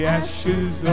ashes